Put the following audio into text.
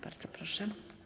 Bardzo proszę.